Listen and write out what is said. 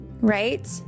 Right